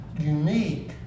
unique